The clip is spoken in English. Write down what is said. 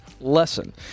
Lesson